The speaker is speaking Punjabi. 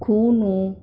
ਖੂਹ ਨੂੰ